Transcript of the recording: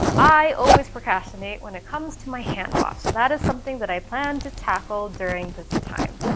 i always procrastinate when it comes to my hand wash, so that is something that i plan to tackle during this time.